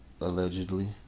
Allegedly